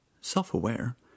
Self-aware